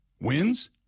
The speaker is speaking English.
wins